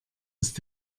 ist